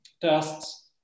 tests